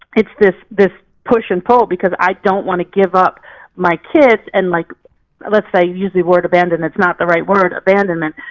it's this this push and pull because i don't want to give up my kids and like let's say use the word abandonment, it's not the right word, abandonment,